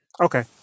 Okay